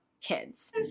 kids